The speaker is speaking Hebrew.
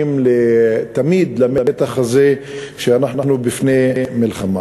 תמיד למתח הזה שאנחנו בפני מלחמה.